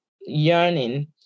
yearning